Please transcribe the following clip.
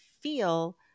feel